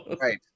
right